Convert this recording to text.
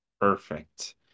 Perfect